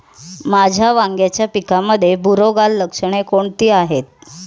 माझ्या वांग्याच्या पिकामध्ये बुरोगाल लक्षणे कोणती आहेत?